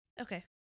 okay